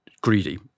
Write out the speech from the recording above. greedy